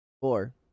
Four